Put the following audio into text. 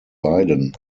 weiden